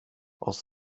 aus